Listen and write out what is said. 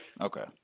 Okay